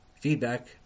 feedback